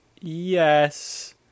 Yes